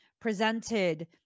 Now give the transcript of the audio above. presented